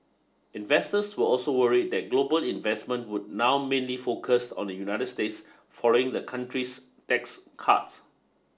investors were also worried that global investment would now mainly focused on the United States following the country's tax cuts